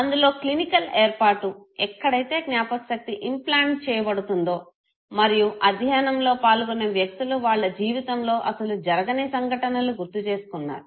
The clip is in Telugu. అందులో క్లినికల్ ఏర్పాటు ఎక్కడైతే జ్ఞాపకశక్తి ఇంప్లాంట్ చేయబడుతుందో మరియు అధ్యనంలో పాల్గొన్న వ్యక్తులు వాళ్ళ జీవితంలో అసలు జరగని సంఘటనలు గుర్తు చేసుకున్నారు